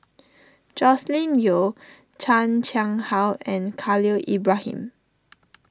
Joscelin Yeo Chan Chang How and Khalil Ibrahim